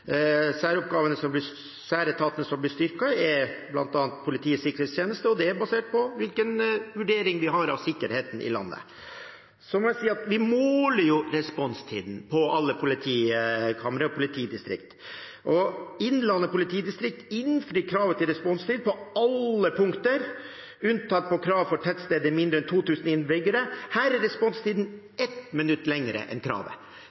Særetatene som blir styrket, er bl.a. Politiets sikkerhetstjeneste, og det er basert på hvilken vurdering vi har av sikkerheten i landet. Så må jeg si at vi måler jo responstiden ved alle politikamre og i alle politidistrikt. Innlandet politidistrikt innfrir kravet til responstid på alle punkter, unntatt krav for tettsteder med mindre enn 2 000 innbyggere. Her er responstiden 1 minutt lengre enn kravet.